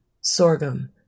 sorghum